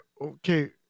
Okay